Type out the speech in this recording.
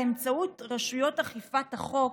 באמצעות רשויות אכיפת החוק,